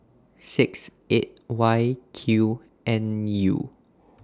six eight Y Q N U